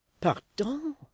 Pardon